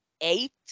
eight